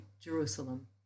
Jerusalem